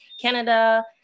Canada